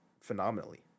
phenomenally